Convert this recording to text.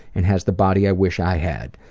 and has the body i wish i had.